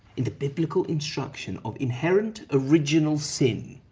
in the biblical instruction of inherent original sin.